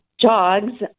jogs